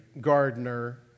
gardener